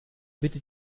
bitte